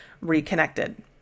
reconnected